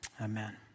Amen